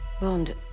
bond